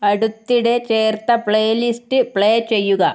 അടുത്തിടെ ചേർത്ത playlist play ചെയ്യുക